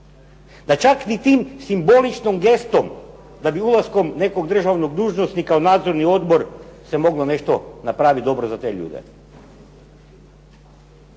da čak i tom simboličnom gestom, da bi ulaskom nekog državnog dužnosnika u nadzorni odbor se moglo nešto napraviti dobro za te ljude.